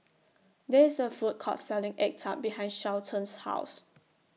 There IS A Food Court Selling Egg Tart behind Shelton's House